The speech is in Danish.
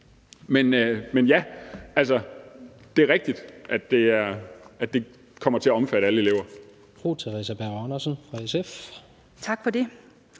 Men ja, det er rigtigt, at det kommer til at omfatte alle elever.